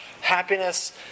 happiness